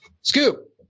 scoop